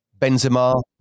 Benzema